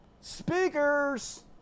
speakers